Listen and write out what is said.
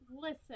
Listen